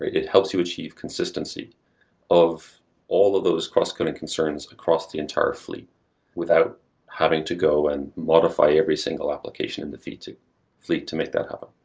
it helps you achieve consistency of all of those cross-cutting concerns across the entire fleet without having to go and modify every single application in the fleet to fleet to make that happen.